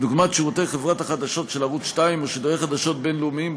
דוגמת שירותי חברת החדשות של ערוץ 2 ושידורי חדשות בין-לאומיים,